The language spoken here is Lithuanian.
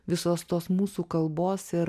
visos tos mūsų kalbos ir